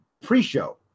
pre-show